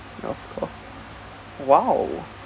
ya of course !wow!